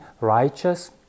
righteous